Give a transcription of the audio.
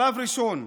שלב ראשון,